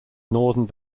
northern